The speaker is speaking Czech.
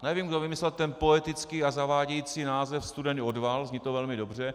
Nevím, kdo vymyslel ten poetický a zavádějící název studený odval, zní to velmi dobře.